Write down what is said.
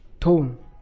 tone